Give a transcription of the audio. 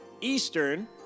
Eastern